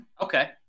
Okay